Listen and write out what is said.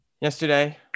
yesterday